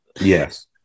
Yes